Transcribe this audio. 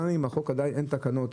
גם אם לחוק עדיין אין תקנות,